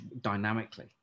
dynamically